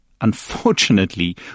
unfortunately